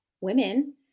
women